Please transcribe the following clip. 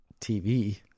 TV